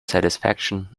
satisfaction